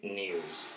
news